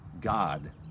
God